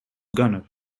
gunner